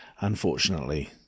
unfortunately